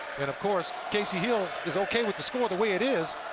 and, of course, casey hill is okay with the score the way it is.